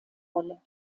rolle